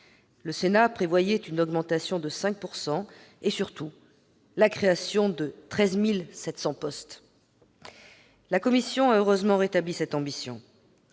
Le Sénat prévoyait une hausse de 5 % et, surtout, la création de 13 700 emplois ... La commission a, heureusement, rétabli cette ambition.